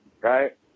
right